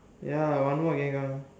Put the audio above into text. ya one more again come